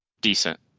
Decent